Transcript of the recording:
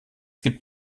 gibt